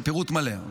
זה פירוט מלא: